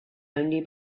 only